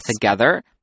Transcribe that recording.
together